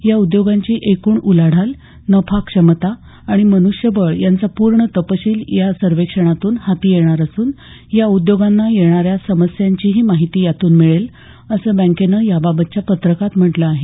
या उद्योगांची एकूण उलाढाल नफाक्षमता आणि मन्ष्यबळ यांचा पूर्ण तपशील या सर्वेक्षणातून हाती येणार असून या उद्योगांना येणाऱ्या समस्यांचीही माहिती यातून मिळेल असं बँकेनं याबाबतच्या पत्रकात म्हटलं आहे